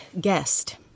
guest